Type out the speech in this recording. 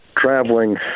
traveling